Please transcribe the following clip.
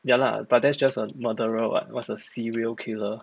ya lah but that's just a murderer [what] what's a serial killer